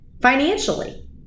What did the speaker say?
financially